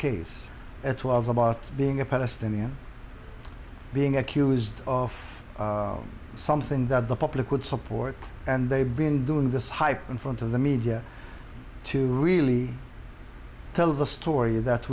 case it was about being a palestinian being accused of something that the public would support and they've been doing this hype in front of the media to really tell the story that